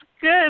good